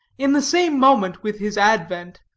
in the same moment with his advent,